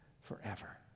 forever